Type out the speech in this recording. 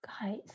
guys